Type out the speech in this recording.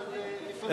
אבל לפעמים,